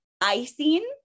Icing